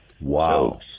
Wow